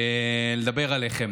לדבר עליכם.